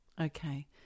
Okay